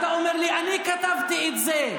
אתה אומר לי: אני כתבתי את זה.